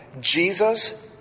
Jesus